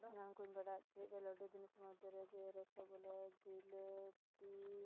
ᱥᱟᱱᱟᱢ ᱠᱚᱧ ᱵᱟᱰᱟᱭ ᱦᱚᱪᱚᱭᱮᱜ ᱯᱮᱭᱟ ᱞᱟᱹᱰᱩ ᱡᱤᱱᱤᱥ ᱢᱟᱫᱽᱫᱷᱚᱢ ᱨᱮ ᱡᱮ ᱨᱚᱥᱚᱜ ᱡᱤᱞᱟᱹᱯᱤ